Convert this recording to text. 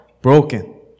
broken